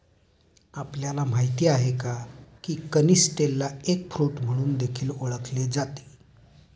आपल्याला माहित आहे का? की कनिस्टेलला एग फ्रूट म्हणून देखील ओळखले जाते